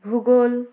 ভূগোল